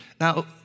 Now